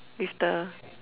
with the